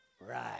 right